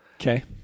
okay